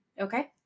Okay